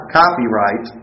copyright